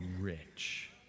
rich